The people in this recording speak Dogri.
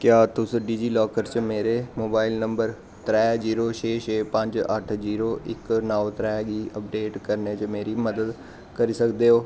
क्या तुस डिजिलॉकर च मेरे मोबाइल नंबर त्रै जीरो छे छे पंज अट्ठ जीरो इक नौ त्रै गी अपडेट करने च मेरी मदद करी सकदे ओ